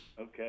okay